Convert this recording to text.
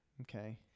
Okay